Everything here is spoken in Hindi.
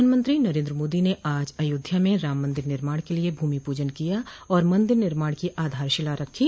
प्रधानमंत्री नरेन्द्र मोदी ने आज अयोध्या में राम मन्दिर निर्माण के लिए भूमि पूजन किया और मन्दिर निर्माण की आधारशिला रखी